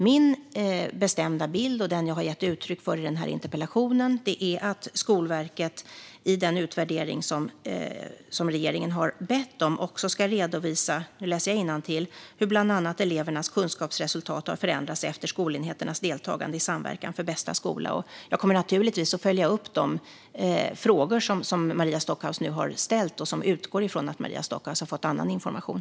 Min bestämda bild, som jag har gett uttryck för i denna interpellationsdebatt, är att Skolverket i den utvärdering som regeringen har bett om också ska redovisa - nu läser jag innantill - hur bland annat elevernas kunskapsresultat har förändrats efter skolenheternas deltagande i Samverkan för bästa skola. Jag kommer naturligtvis att följa upp de frågor som Maria Stockhaus nu har ställt, som har sin grund i att Maria Stockhaus har fått annan information.